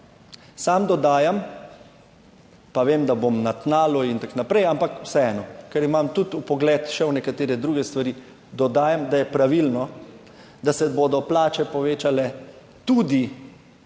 Sam dodajam, pa vem, da bom na tnalu in tako naprej. Ampak vseeno, ker imam tudi vpogled še v nekatere druge stvari dodajam, da je pravilno, da se bodo plače povečale tudi